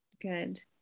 good